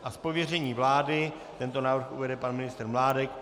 Z pověření vlády tento návrh uvede pan ministr Mládek.